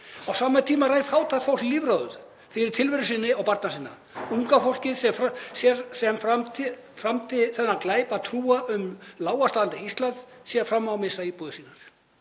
Á sama tíma rær fátækt fólk lífróður fyrir tilveru sinni og barna sinna. Unga fólkið, sem framdi þann glæp að trúa á lágvaxtalandið Ísland, sér fram á að missa íbúðir sínar.